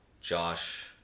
Josh